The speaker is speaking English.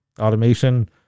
automation